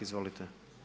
Izvolite.